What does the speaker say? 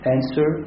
Answer